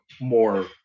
more